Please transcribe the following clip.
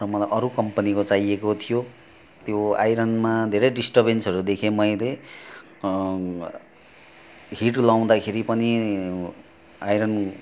र मलाई अरू कम्पनीको चाहिएको थियो त्यो आइरनमा धेरै डिस्टर्बेन्सहरू देखेँ मैले हिट लाउँदाखेरि पनि आइरन